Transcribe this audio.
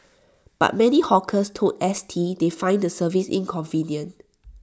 but many hawkers told S T they find the service inconvenient